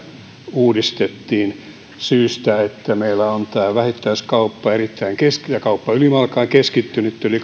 uudistettiin syystä että meillä on vähittäiskauppa ja kauppa ylimalkaan erittäin keskittynyttä yli